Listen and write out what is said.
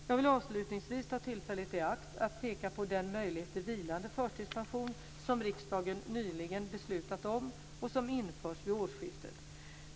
Jag vill avslutningsvis ta tillfället i akt att peka på den möjlighet till vilande förtidspension som riksdagen nyligen beslutat om och som införts vid årsskiftet.